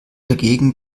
dagegen